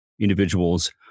individuals